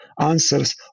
answers